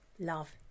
love